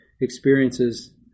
experiences